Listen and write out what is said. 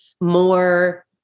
more